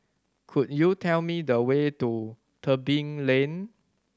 could you tell me the way to Tebing Lane